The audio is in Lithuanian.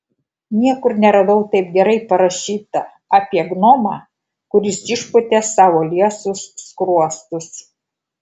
niekur neradau taip gerai parašyta apie gnomą kuris išpūtė savo liesus skruostus